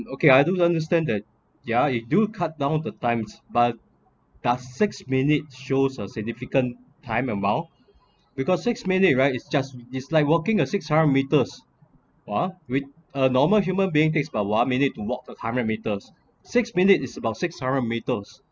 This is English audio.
okay I do understand that ya you do cut down the times but does six minutes show a significant time amount because six minute right is just is like walking six hundred metres while with a normal human being takes about a while minute to walk hundred metres six minute is about six hundred meters